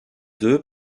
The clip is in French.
deux